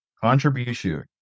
Contribution